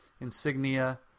insignia